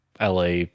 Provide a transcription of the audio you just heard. LA